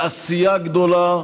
של עשייה גדולה,